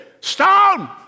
stone